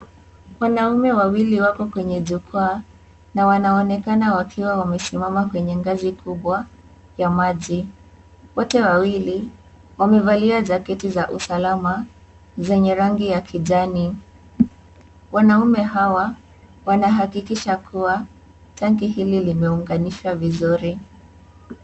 Wanaume wawili wako kwenye jukwaa na wanaonekana wakiwa wamesimama kwenye ngazi kubwa ya maji. Wote wawili wamevalia jaketi za usalama zenye rangi ya kijani. Wanaume hawa wanahakikisha kuwa taki hili limeunganishwa vizuri.